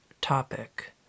topic